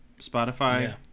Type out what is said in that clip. Spotify